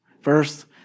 first